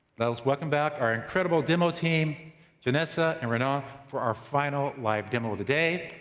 let's welcome back our incredible demo team vanessa and renaud for our final live demo of the day.